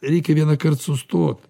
reikia vienąkart sustot